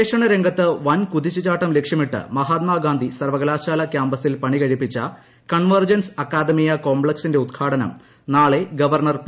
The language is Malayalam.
കൺവർജൻസ് അക്കാദമി ഗവേഷണ രംഗത്ത് വൻ കുതിച്ചു ചാട്ടം ലക്ഷ്യമിട്ട് മഹാത്മാ ഗാന്ധി സർവകലാശാല കാമ്പസിൽ പണികഴിപ്പിച്ചു കൺവർജൻസ് അക്കാദമിയ കോംപ്ളക്സിന്റെ ഉദ്ഘാടനം നാളെ ഗവർണർ പി